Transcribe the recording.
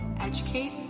educate